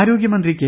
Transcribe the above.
ആരോഗൃമന്ത്രി കെ